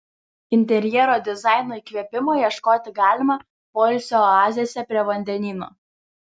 interjero dizaino įkvėpimo ieškoti galima poilsio oazėse prie vandenyno